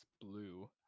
blue